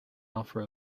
offer